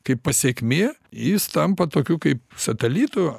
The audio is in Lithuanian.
kaip pasekmė jis tampa tokiu kaip satelitu